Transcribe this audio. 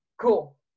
Cool